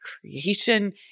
creation